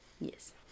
Yes